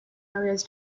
areas